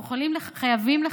אנחנו חייבים לחבר.